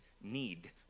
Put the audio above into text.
need